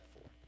four